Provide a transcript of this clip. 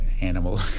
animal